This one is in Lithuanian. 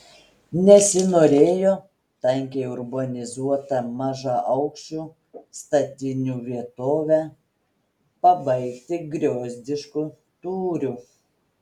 nesinorėjo tankiai urbanizuotą mažaaukščių statinių vietovę pabaigti griozdišku tūriu